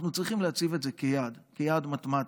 אנחנו צריכים להציב את זה כיעד, כיעד מתמטי: